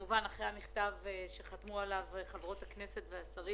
אחרי המכתב שחתמו עליו חברות הכנסת והשרים